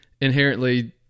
inherently